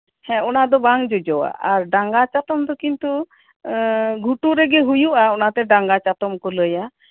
ᱦᱮᱸ ᱚᱱᱟᱫᱚ ᱵᱟᱝ ᱡᱚᱡᱚᱟ ᱰᱟᱝᱜᱟ ᱪᱟᱛᱚᱢ ᱫᱚ ᱠᱤᱱᱛᱩ ᱜᱷᱩᱴᱩ ᱨᱮᱜᱮ ᱦᱩᱭᱩᱜᱼᱟ ᱚᱱᱟᱛᱮ ᱰᱟᱝᱜᱟ ᱪᱟᱛᱚᱢ ᱠᱚ ᱞᱟᱹᱭᱼᱟ